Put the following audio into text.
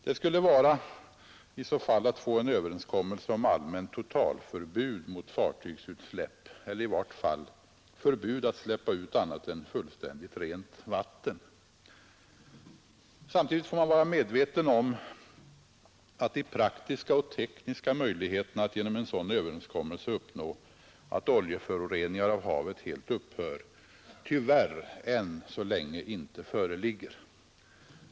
Detta skulle i så fall vara att ha en överenskommelse om allmänt totalförbud mot fartygsutsläpp eller i vart fall förbud mot att släppa ut annat än fullständigt rent vatten. Samtidigt får man vara medveten om att de praktiska och tekniska möjligheterna att genom en sådan överenskommelse uppnå att oljeförorening av havet helt upphör tyvärr än så länge inte föreligger.